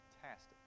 fantastic